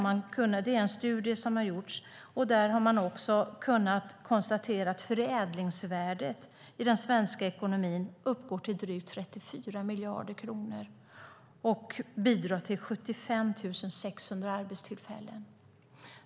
Man har kunnat konstatera att förädlingsvärdet i den svenska ekonomin uppgår till drygt 34 miljarder kronor och bidrar till 75 600 arbetstillfällen.